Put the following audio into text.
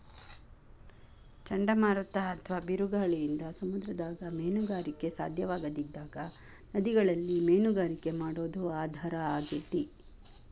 ಚಂಡಮಾರುತ ಅತ್ವಾ ಬಿರುಗಾಳಿಯಿಂದ ಸಮುದ್ರದಾಗ ಮೇನುಗಾರಿಕೆ ಸಾಧ್ಯವಾಗದಿದ್ದಾಗ ನದಿಗಳಲ್ಲಿ ಮೇನುಗಾರಿಕೆ ಮಾಡೋದು ಆಧಾರ ಆಗೇತಿ